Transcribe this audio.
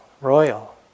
royal